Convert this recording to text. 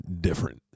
different